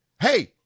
Hey